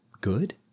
good